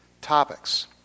topics